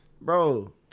Bro